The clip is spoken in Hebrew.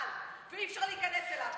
ואי-אפשר להיכנס אליו.